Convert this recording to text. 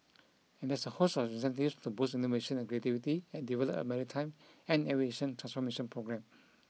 and there's a host of incentives to boost innovation and creativity and develop a maritime and aviation transformation programme